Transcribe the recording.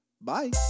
Bye